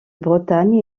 bretagne